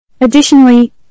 Additionally